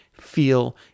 feel